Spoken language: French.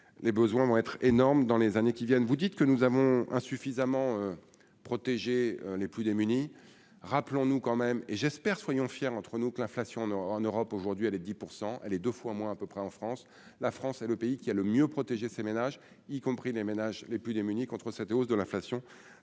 les besoins vont être énorme dans les années qui viennent, vous dites que nous avons insuffisamment protégé les plus démunis, rappelons-nous, quand même, et j'espère, soyons fiers entre nous que l'inflation ne en Europe aujourd'hui les 10 % elle est 2 fois moins à peu près en France, la France est le pays qui a le mieux protéger ces ménages, y compris les ménages les plus démunis contre cette hausse de l'inflation,